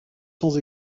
sans